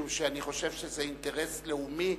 משום שאני חושב שזה אינטרס לאומי